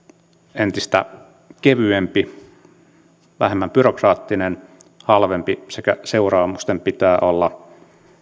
entistä kevyempi vähemmän byrokraattinen halvempi sekä seuraamusten pitää olla